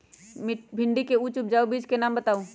भिंडी के उच्च उपजाऊ बीज के नाम बताऊ?